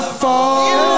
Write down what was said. fall